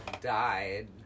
died